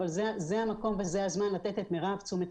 אבל זה המקום וזה הזמן לתת את מירב תשומת